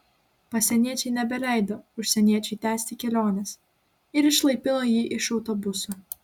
pasieniečiai nebeleido užsieniečiui tęsti kelionės ir išlaipino jį iš autobuso